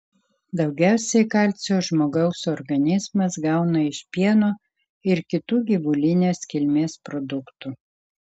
daugiausiai kalcio žmogaus organizmas gauna iš pieno ir kitų gyvulinės kilmės produktų